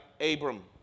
Abram